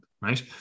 right